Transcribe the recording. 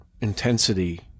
intensity